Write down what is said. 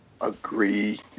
agree